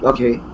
Okay